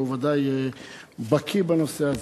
שהוא ודאי בקי בנושא הזה.